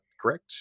correct